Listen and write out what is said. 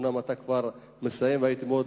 אומנם אתה כבר מסיים, והייתי מאוד